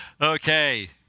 Okay